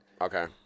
Okay